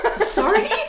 Sorry